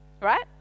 right